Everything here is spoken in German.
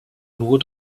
nur